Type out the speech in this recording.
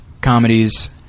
comedies